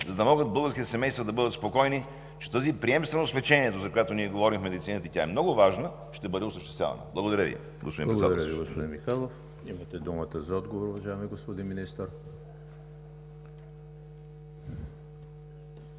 за да могат българските семейства да бъдат спокойни, че тази приемственост в лечението, за която ние говорим в медицината, и тя е много важна, ще бъде осъществявана? Благодаря Ви. ПРЕДСЕДАТЕЛ ЕМИЛ ХРИСТОВ: Благодаря Ви, господин Михайлов. Имате думата за отговор, уважаеми господин Министър.